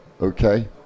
Okay